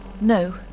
No